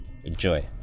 Enjoy